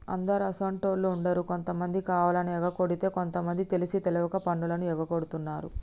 అందరు అసోంటోళ్ళు ఉండరు కొంతమంది కావాలని ఎగకొడితే కొంత మంది తెలిసి తెలవక పన్నులు ఎగగొడుతున్నారు